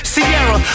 Sierra